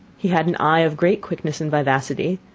he had an eye of great quickness and vivacity,